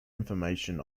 information